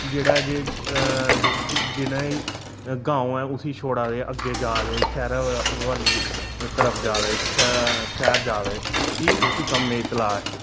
जेह्ड़ा जे गांव ऐ उसी छोड़ा दे अग्गै जा दे शैहरा तरफ जा दे शैहर जा दे कि के कम्मै